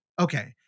Okay